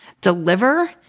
deliver